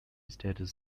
status